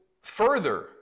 further